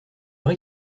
vrai